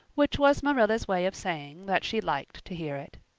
which was marilla's way of saying that she liked to hear it.